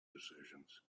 decisions